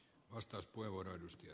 herra puhemies